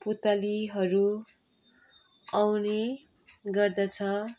पुतलीहरू आउने गर्दछ